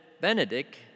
Benedict